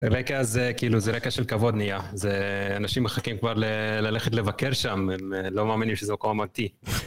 רקע זה, כאילו, זה רקע של כבוד, נהיה. זה, אנשים מחכים כבר ללכת לבקר שם, הם לא מאמינים שזה מקום אמיתי.